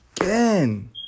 again